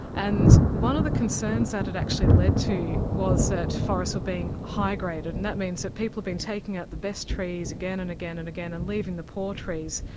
and one of the concerns that it actually led to was that forests were being high-graded, and that means that people have been taking out the best trees again and again and again and leaving the poor trees,